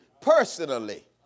Personally